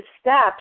steps